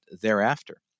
thereafter